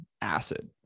acid